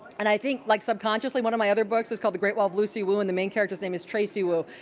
and i think like subconsciously one of my other books is called the great wall of lucy wu, and the main character's name is tracy wu.